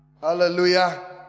Hallelujah